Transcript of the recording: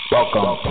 Welcome